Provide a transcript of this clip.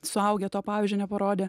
suaugę to pavyzdžio neparodė